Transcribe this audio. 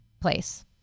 place